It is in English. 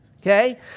okay